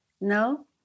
No